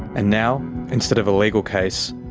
and now instead of a legal case,